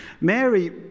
Mary